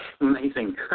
Amazing